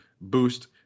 boost